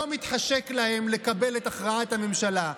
לא מתחשק להם לקבל את הכרעת הממשלה.